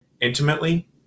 intimately